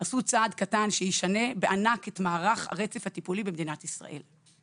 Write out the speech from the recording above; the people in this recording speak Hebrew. עשו צעד קטן שישנה בענק את מערך הרצף הטיפולי במדינת ישראל.